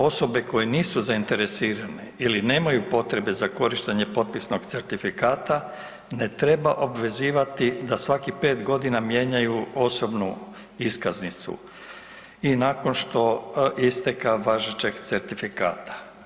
Osobe koje nisu zainteresirane ili nemaju potrebe za korištenje potpisnog certifikata ne treba obvezivati da svakih pet godina mijenjaju osobnu iskaznicu i nakon isteka važećeg certifikata.